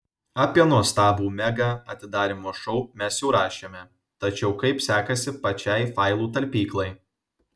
apie nuostabų mega atidarymo šou mes jau rašėme tačiau kaip sekasi pačiai failų talpyklai